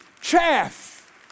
Chaff